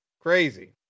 Crazy